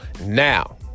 Now